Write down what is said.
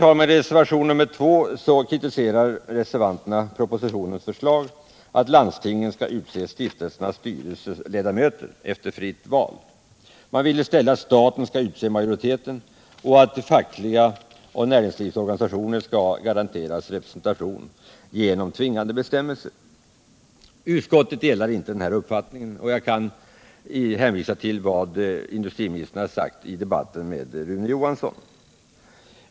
I reservation nr 2 kritiserar reservanterna propositionens förslag att landstingen skall utse stiftelsernas styrelseledamöter efter fritt val. Man vill i stället att staten skall utse majoriteten och att fackliga organisationer och näringslivsorganisationer skall garanteras representation genom tvingande bestämmelser. Utskottet delar inte denna uppfattning. Jag kan hänvisa till vad industriministern sagt i debatten med Rune Johansson.